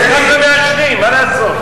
זה רק למעשנים, מה לעשות?